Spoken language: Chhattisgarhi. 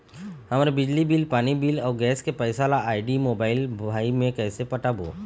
हमर बिजली बिल, पानी बिल, अऊ गैस के पैसा ला आईडी, मोबाइल, भाई मे कइसे पटाबो?